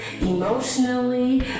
emotionally